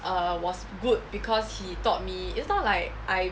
err was good because he taught me it's not like I